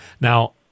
Now